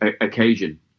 occasion